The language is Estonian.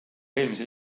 eelmisel